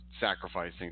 sacrificing